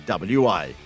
WA